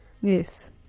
yes